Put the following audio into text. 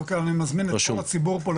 אני מזמין את כל הציבור פה,